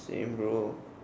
same bro